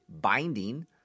binding